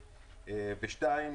ושנית,